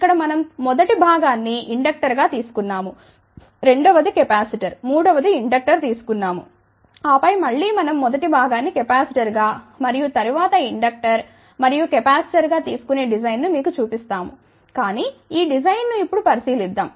ఇక్కడ మనం మొదటి భాగాన్ని ఇండక్టర్గా తీసుకొన్నాము రెండవ ది కెపాసిటర్ మూడవ ది ఇండక్టర్ తీసుకున్నాము ఆపై మళ్ళీ మనం మొదటి భాగాన్ని కెపాసిటర్గా మరియు తరువాత ఇండక్టర్ మరియు కెపాసిటర్గా తీసుకొనే డిజైన్ను మీకు చూపిస్తాము కానీ ఈ డిజైన్ను ఇప్పుడు పరిశీలిద్దాం